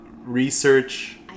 research